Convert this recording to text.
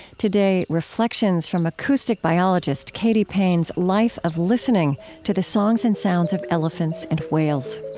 today, reflections from acoustic biologist katy payne's life of listening to the songs and sounds of elephants and whales